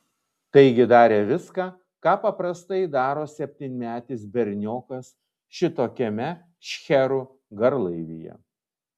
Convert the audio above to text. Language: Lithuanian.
taigi darė viską ką paprastai daro septynmetis berniokas šitokiame šcherų garlaivyje